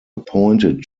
appointed